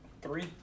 Three